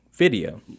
Video